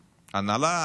הנעלה,